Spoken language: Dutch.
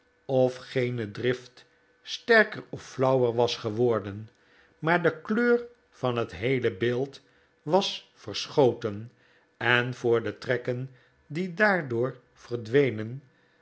of gene drift sterker of flauwer was geworden maar de kleur van het heele beeld was verschoten en voor de trekken die daardoor yerdwenen